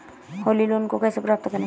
Holi loan को कैसे प्राप्त करें?